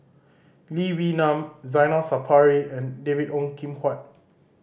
Lee Wee Nam Zainal Sapari and David Ong Kim Huat